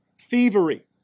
Thievery